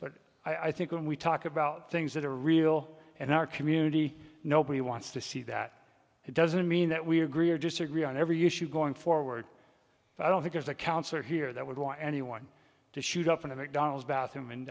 but i think when we talk about things that are real and our community nobody wants to see that it doesn't mean that we agree or disagree on every issue going forward i don't think there's a counselor here that would want anyone to shoot up in the mcdonald's bathroom and